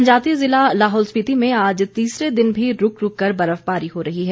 जनजातीय जिला लाहौल स्पिति में आज तीसरे दिन भी रूक रूक कर बर्फबारी हो रही है